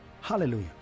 Hallelujah